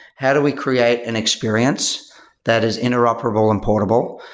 how do we create an experience that is interoperable and portable.